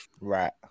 right